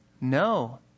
No